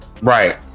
Right